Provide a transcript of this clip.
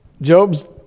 Job's